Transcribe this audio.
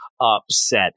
upset